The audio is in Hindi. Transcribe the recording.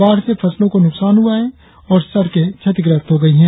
बाढ़ से फसलों को नुकसान हुआ है और सड़के क्षतिग्रस्त हो गई हैं